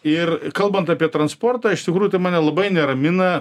ir kalbant apie transportą iš tikrųjų tai mane labai neramina